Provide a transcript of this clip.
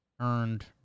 earned